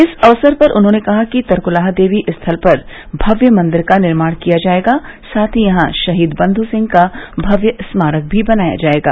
इस अक्सर पर उन्होंने कहा कि तरकुलहा देवी स्थल पर भव्य मंदिर का निर्माण किया जायेगा साथ ही यहां शहीद बंधु सिंह का भव्य स्मारक भी बनाया जायेगा